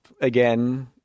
again